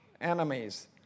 enemies